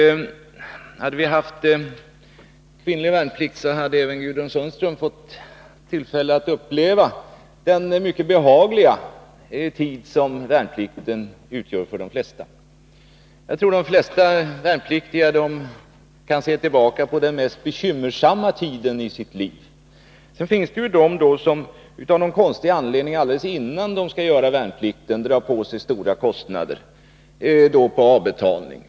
Om vi hade haft kvinnlig värnplikt, så hade även Gudrun Sundström fått tillfälle att uppleva den mycket behagliga tid som värnplikten är för de flesta. Jag tror nämligen att flertalet värnpliktiga kan se tillbaka på värnplikten som den minst bekymmersamma tiden i sitt liv. Naturligtvis finns det de som av någon konstig anledning just innan de skall påbörja värnplikten drar på sig stora utgifter. Det kan vara fråga om avbetalningar.